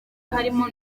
harimo